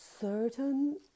certain